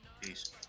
Peace